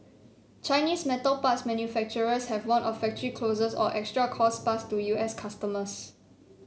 chinese metal parts manufacturers have warned of factory closures or extra costs passed to U S customers